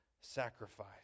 sacrifice